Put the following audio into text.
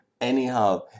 Anyhow